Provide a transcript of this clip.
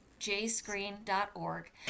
jscreen.org